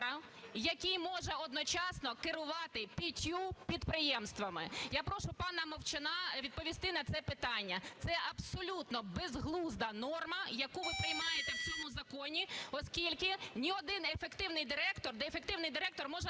який може одночасно керувати п'ятьма підприємствами. Я прошу пана Мовчана відповісти на це питання. Це абсолютно безглузда норма, яку ви приймаєте в цьому законі, оскільки ні один ефективний директор… ефективний директор може